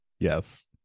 Yes